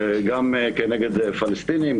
גם כנגד פלסטינים,